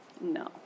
No